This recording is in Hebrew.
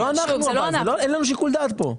אבל זה לא אנחנו, אין לנו שיקול דעת פה.